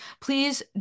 please